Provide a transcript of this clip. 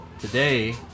Today